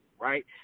right